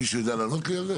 מישהו יודע לענות לי על זה?